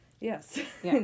Yes